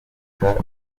atabara